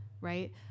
right